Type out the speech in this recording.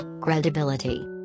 Credibility